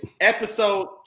episode